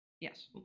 Yes